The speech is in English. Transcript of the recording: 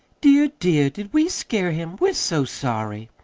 dear, dear, did we scare him? we're so sorry!